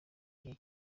igihe